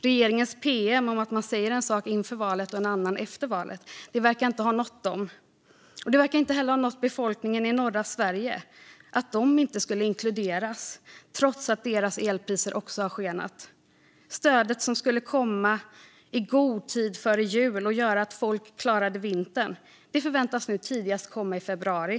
Regeringens pm om att man säger en sak inför valet och en annan efter valet verkar inte ha nått dem. Det verkar inte heller ha nått befolkningen i norra Sverige att de inte skulle inkluderas, trots att deras elpriser också har skenat. Stödet som skulle komma i god tid före jul och göra att folk klarade vintern väntas nu komma tidigast i februari.